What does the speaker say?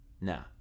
nah